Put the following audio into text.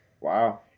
Wow